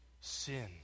sin